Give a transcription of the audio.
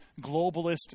globalist